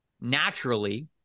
naturally